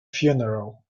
funeral